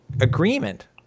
agreement